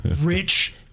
rich